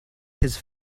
his